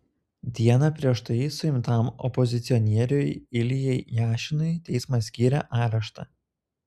dieną prieš tai suimtam opozicionieriui iljai jašinui teismas skyrė areštą